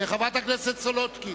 חברת הכנסת סולודקין,